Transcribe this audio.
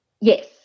Yes